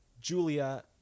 Julia